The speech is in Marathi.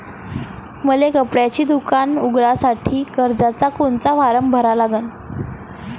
मले कपड्याच दुकान उघडासाठी कर्जाचा कोनचा फारम भरा लागन?